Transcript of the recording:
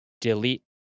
Delete